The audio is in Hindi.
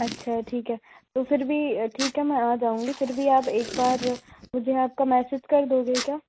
अच्छा ठीक है तो फिर भी ठीक है मैं आ जाऊंगी फिर भी आप एक बार मुझे आपका मैसेज कर दोगे क्या